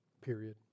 period